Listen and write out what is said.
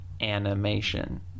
animation